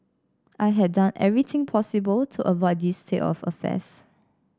I had done everything possible to avoid this state of affairs